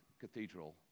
cathedral